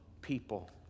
people